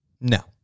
No